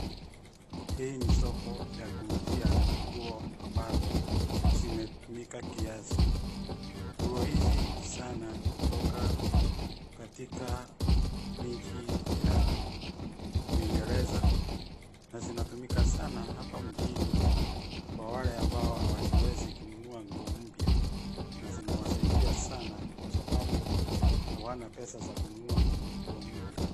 Hii ni soko ya kuuzia nguo ambazo zimetumika kiasi. Nguo hizi sana hutoka katika miji ya Uingereza na zinatumika sana hapa mjini kwa wale ambao hawajiwezi kununua nguo mpya na zinawasaidia sana kwa sababu hawana pesa za kununua nguo mpya.